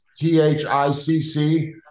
T-H-I-C-C